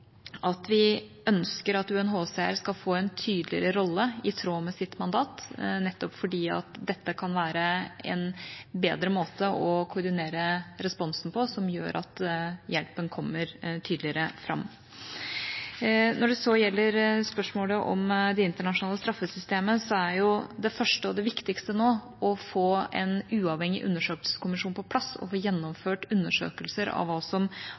at vi ønsker at UNHCR skal få en tydeligere rolle i tråd med sitt mandat, nettopp fordi dette kan være en bedre måte å koordinere responsen på, som gjør at hjelpen kommer tydeligere fram. Når det gjelder spørsmålet om det internasjonale straffesystemet, så er jo det første og det viktigste nå å få en uavhengig undersøkelseskommisjon på plass og få gjennomført undersøkelser av hva som har skjedd, og også av hva som